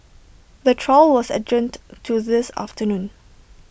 the trial was adjourned to this afternoon